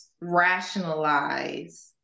rationalize